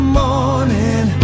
morning